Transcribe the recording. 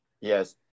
Yes